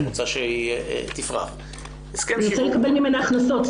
אני רוצה לקבל ממנה הכנסות.